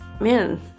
man